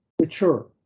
mature